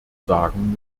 sagen